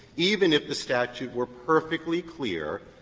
even if statute were perfectly clear,